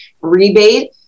rebate